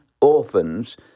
orphans